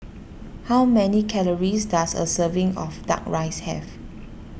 how many calories does a serving of Duck Rice have